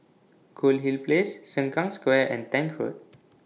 Goldhill Place Sengkang Square and Tank Road